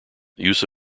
use